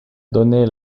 donné